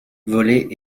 voler